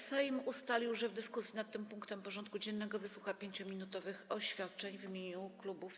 Sejm ustalił, że w dyskusji nad tym punktem porządku dziennego wysłucha 5-minutowych oświadczeń w imieniu klubów i kół.